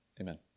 Amen